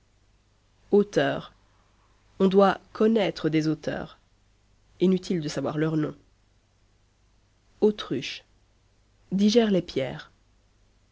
auteur on doit connaître des auteurs inutile de savoir leur nom autruche digère les pierres